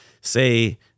say